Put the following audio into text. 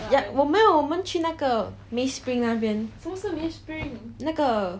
我们我们去那个 may spring 那边